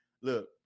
look